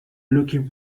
looking